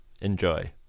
Enjoy